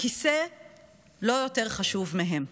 הכיסא לא יותר חשוב מהם.